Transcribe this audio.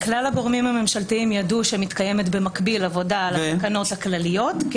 כלל הגורמים הממשלתיים ידעו שמתקיימת במקביל עבודה על התקנות הכלליות.